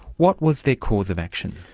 what was their cause of action?